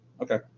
Okay